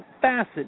facet